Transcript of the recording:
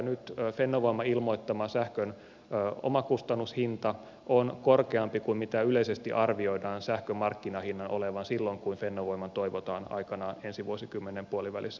nyt fennovoiman ilmoittama sähkön omakustannushinta on korkeampi kuin mitä yleisesti arvioidaan sähkön markkinahinnan olevan silloin kun fennovoiman toivotaan aikanaan ensi vuosikymmenen puolivälissä valmistuvan